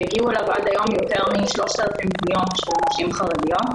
שהגיעו אליו עד היום יותר מ-3,000 פניות של נשים חרדיות.